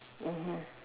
mmhmm